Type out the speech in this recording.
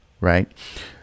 right